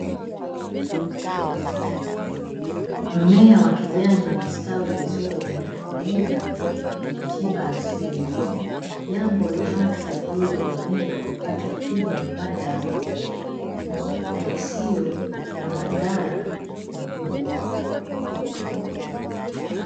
Mmea wa kijani umestawi vizuri na kutumika kwenye tiba asili, jambo linalosaidia jamii kupata tiba mbadala usio na madhara makubwa.